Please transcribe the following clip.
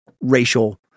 racial